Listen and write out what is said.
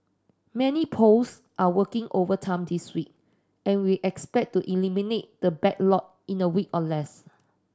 many post are working overtime this week and we expect to eliminate the backlog in a week or less